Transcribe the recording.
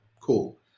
Cool